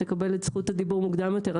תקבל את זכות הדיבור מוקדם יותר.